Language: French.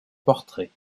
portraits